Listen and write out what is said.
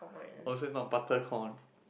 oh so is not butter corn